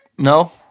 No